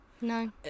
no